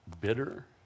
bitter